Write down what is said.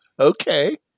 Okay